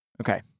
okay